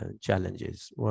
challenges